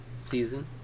season